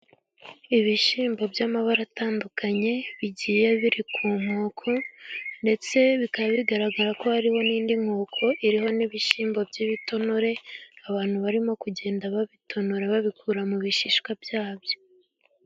Ibishyimbo by'amabara atandukanye bigiye biri ku nkoko, ndetse bikaba bigaragara ko hariho n'indi nkoko iriho n'ibishyimbo by'ibitonore. Abantu barimo kugenda babitonora babikura mu bishishwa byabyo.